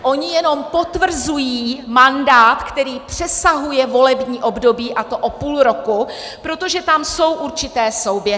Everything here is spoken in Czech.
Oni jenom potvrzují mandát, který přesahuje volební období, a to o půl roku, protože tam jsou určité souběhy.